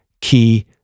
key